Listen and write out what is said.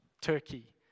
Turkey